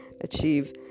achieve